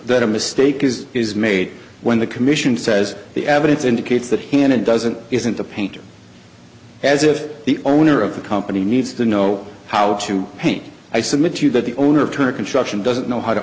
that a mistake is is made when the commission says the evidence indicates that hannah doesn't isn't a painter as if the owner of the company needs to know how to paint i submit to you that the owner of turner construction doesn't know how to